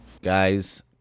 Guys